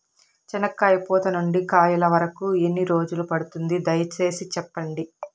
చెనక్కాయ పూత నుండి కాయల వరకు ఎన్ని రోజులు పడుతుంది? దయ సేసి చెప్పండి?